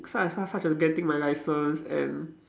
such such as getting my license and